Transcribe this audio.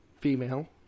Female